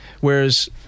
Whereas